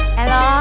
Hello